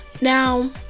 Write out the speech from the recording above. Now